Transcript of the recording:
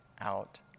out